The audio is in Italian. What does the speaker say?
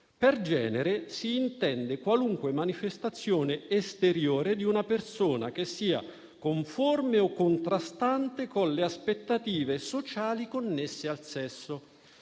Per genere si intende qualunque manifestazione esteriore di una persona che sia conforme o contrastante con le aspettative sociali connesse al sesso».